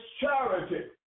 charity